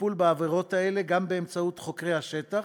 לטיפול בעבירות האלה גם באמצעות חוקרי השטח,